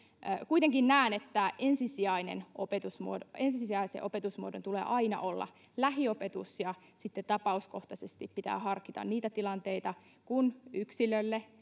kuitenkin näen että ensisijaisen opetusmuodon ensisijaisen opetusmuodon tulee aina olla lähiopetus ja sitten tapauskohtaisesti pitää harkita niitä tilanteita kun yksilölle